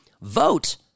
vote